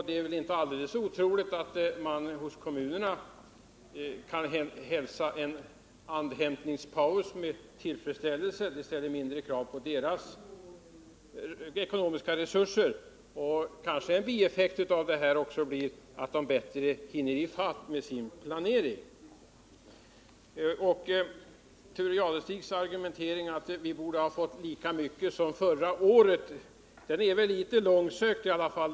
Det är väl inte alldeles otroligt att man hos kommunerna kan komma att hälsa en andhämtningspaus med tillfredsställelse, eftersom det då ställs mindre krav på deras ekonomiska resurser. Och en bieffekt av det kanske blir att de bättre hinner ifatt med sin planering. Thure Jadestigs argumentering, att vi borde ha fått lika mycket pengar i bidrag nu som förra året, är väl litet långsökt i alla fall.